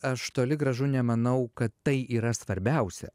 aš toli gražu nemanau kad tai yra svarbiausia